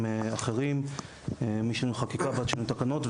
אחרים משינוי חקיקה ועד שינוי תקנות,